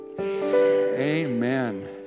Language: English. Amen